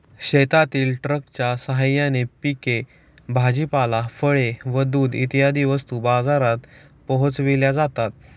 शेतातील ट्रकच्या साहाय्याने पिके, भाजीपाला, फळे व दूध इत्यादी वस्तू बाजारात पोहोचविल्या जातात